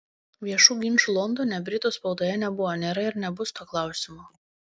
viešų ginčų londone britų spaudoje nebuvo nėra ir nebus tuo klausimu